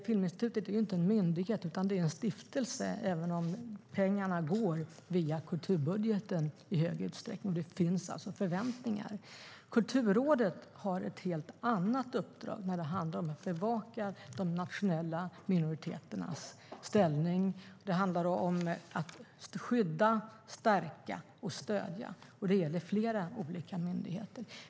Filminstitutet är inte en myndighet utan en stiftelse, även om pengarna går via kulturbudgeten i stor utsträckning. Det finns alltså förväntningar. Kulturrådet har ett helt annat uppdrag när det handlar om att bevaka de nationella minoriteternas ställning. Det handlar om att skydda, stärka och stödja, och det gäller flera olika myndigheter.